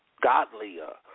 godlier